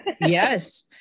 Yes